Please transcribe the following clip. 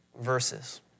verses